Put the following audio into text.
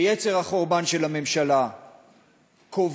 ויצר החורבן של הממשלה קוברים